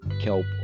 kelp